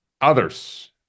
others